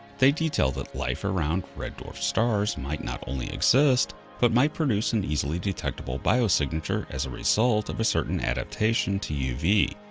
they detail that life around red dwarf stars might not only exist, but might produce an easily detectable biosignature as a result of a certain adaptation to uv.